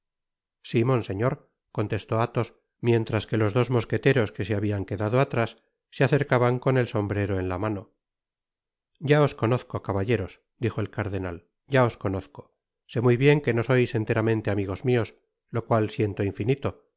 si monseñor contestó athos mientras que los dos mosqueteros que se habian quedado atrás se acercaban con el sombrero en la mano ya os conozco caballeros dijo el cardenal ya os conozco sé muy bien que no sois enteramente amigos mios lo cual siento infinito